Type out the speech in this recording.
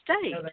state